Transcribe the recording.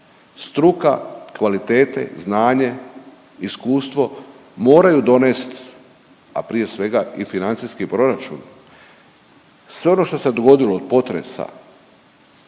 struka kvalitete, znanje, iskustvo moraju donest, a prije svega i financijski proračun. Sve ono što se dogodilo od potresa